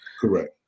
correct